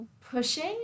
pushing